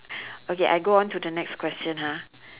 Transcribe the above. okay I go on to the next question ha